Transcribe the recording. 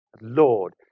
Lord